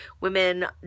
women